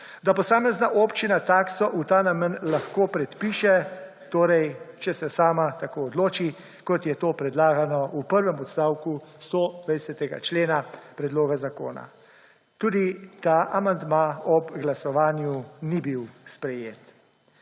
da posamezna občina takso v ta namen lahko predpiše, torej če se sama tako odloči, kot je to predlagano v prvem odstavku 120. člena predloga zakona. Tudi ta amandma ob glasovanju ni bil sprejet.